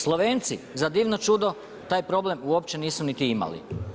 Slovenci za divno čudo taj problem uopće nisu niti imali.